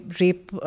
rape